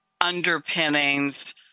underpinnings